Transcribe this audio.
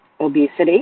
obesity